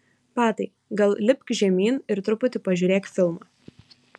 patai gal lipk žemyn ir truputį pažiūrėk filmą